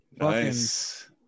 nice